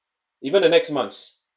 even the next months